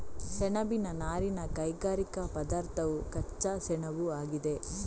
ಸೆಣಬಿನ ನಾರಿನ ಕೈಗಾರಿಕಾ ಪದಾರ್ಥವು ಕಚ್ಚಾ ಸೆಣಬುಆಗಿದೆ